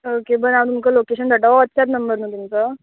okay ब रें हांव तुमकां लोकेशन धाडटा हो वॉट्सॅप नंबर न्हू तुमचो